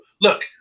look